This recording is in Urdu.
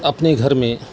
اپنے گھر میں